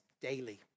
daily